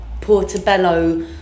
Portobello